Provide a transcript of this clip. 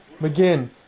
McGinn